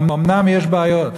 אומנם יש בעיות,